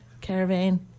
caravan